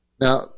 Now